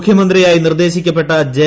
മുഖ്യമന്ത്രിയായി നിർദ്ദേശിക്കപ്പെട്ട ജെ